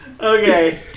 Okay